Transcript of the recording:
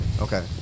Okay